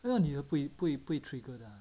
为什么你的不会不会不会 trigger 的